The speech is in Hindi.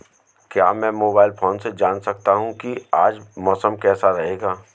क्या मैं मोबाइल फोन से जान सकता हूँ कि आज मौसम कैसा रहेगा?